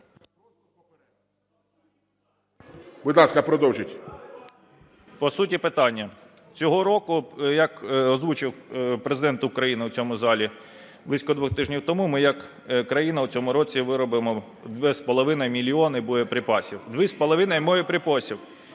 По суті питання. Цього року, як озвучив Президент України у цьому залі близько двох тижнів тому, ми як країна у цьому році виробимо 2,5 мільйона боєприпасів, 2,5 – боєприпасів.